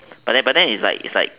but then it's like it's like